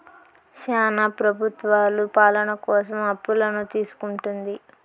శ్యానా ప్రభుత్వాలు పాలన కోసం అప్పులను తీసుకుంటుంది